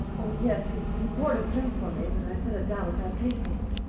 oh, yes, he he poured a drink for me but i set it down without tasting it.